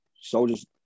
soldiers